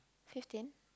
fifteen